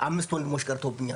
הנוכחים)